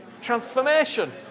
Transformation